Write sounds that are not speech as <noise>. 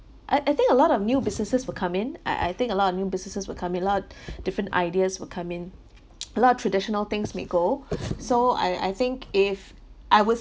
I I think a lot of new businesses will come in I I think a lot of new businesses will come in lot <breath> different ideas will come in <noise> a lot of traditional things may go so I I think if I would